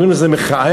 אומרים לו: זה מכער,